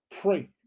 Pray